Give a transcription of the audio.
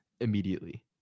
immediately